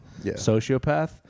sociopath